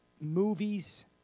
movies